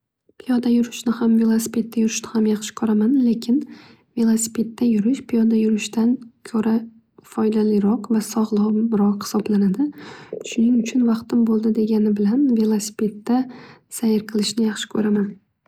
Piyoda yurushni ham velosipedda yurishni ham yaxshi ko'raman. Velosipedda yurish piyoda yurishdan ko'ra foydaliroq va sog'lomroq hisoblanadi. Vaqtim bo'lishi bilanoq velosipedda yurishni yaxshi ko'raman.